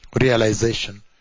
Realization